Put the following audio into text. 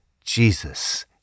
Jesus